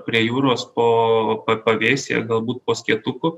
prie jūros po pavėsyje galbūt po skėtuku